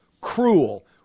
cruel